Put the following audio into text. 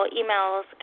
emails